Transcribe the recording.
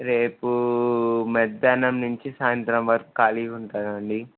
రేపు మధ్యాహ్నం నుంచి సాయంత్రం వరకు ఖాళీగా ఉంటారా అండి